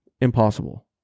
impossible